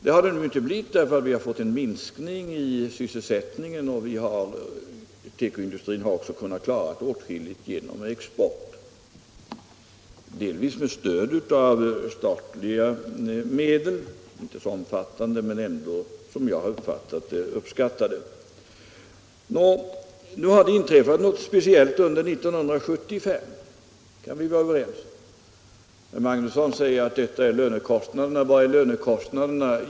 Det har det nu inte blivit, därför att sysselsättningen har minskat; tekoindustrin har också klarat åtskilligt genom export, delvis med stöd av statliga medel, inte så omfattande men ändå, som jag har uppfattat det, uppskattade. Nu har det inträffat något speciellt under 1975 — det kan vi vara överens om. Herr Magnusson sade att det beror på lönekostnaderna. Vad är då lönekostnaderna?